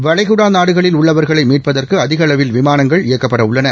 வளைகுடா நாடுகளில் உள்ளவர்களை மீட்பதற்கு அதிகளவில் விமானங்கள் இயக்கப்பட உள்ளன